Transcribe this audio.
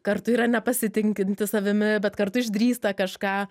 kartu yra nepasitinkinti savimi bet kartu išdrįsta kažką